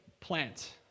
plant